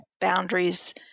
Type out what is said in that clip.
boundaries